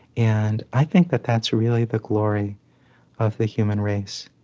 and i think that that's really the glory of the human race.